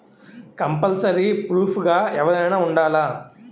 Compulsory proof గా ఎవరైనా ఉండాలా?